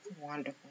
Wonderful